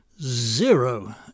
zero